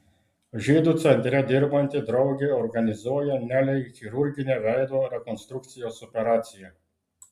žydų centre dirbanti draugė organizuoja nelei chirurginę veido rekonstrukcijos operaciją